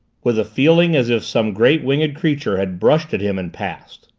with a feeling as if some great winged creature had brushed at him and passed.